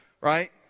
right